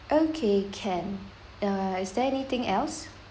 okay can uh is there anything else